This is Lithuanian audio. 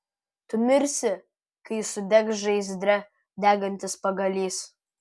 tu mirsi kai sudegs žaizdre degantis pagalys